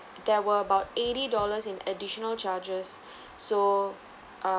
there were about eighty dollars in additional charges so uh